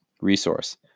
resource